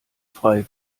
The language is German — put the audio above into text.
frei